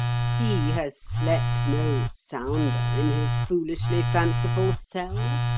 he has slept no sounder in his foolishly fanciful cell.